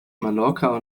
mallorca